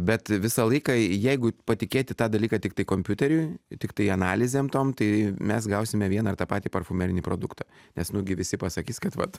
bet visą laiką jeigu patikėti tą dalyką tiktai kompiuteriui tiktai analizėm tom tai mes gausime vieną ir tą patį parfumerinį produktą nes nugi visi pasakys kad